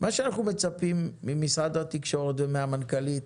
אנחנו מצפים ממשרד התקשורת ומהמנכ"לית,